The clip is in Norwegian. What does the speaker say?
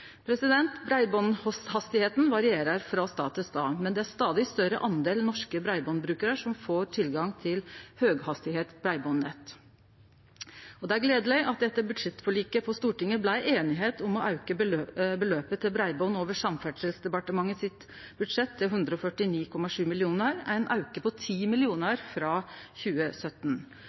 varierer frå stad til stad, men det er ein stadig større del norske breibandbrukarar som får tilgang til breibandnett med høg hastigheit. Det er gledeleg at det i budsjettforliket på Stortinget blei einigheit om å auke beløpet til breiband over budsjettet til Samferdsledepartementet til 147,9 mill. kr – ein auke på 10 mill. kr frå 2017.